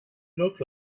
look